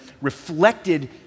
reflected